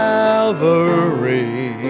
Calvary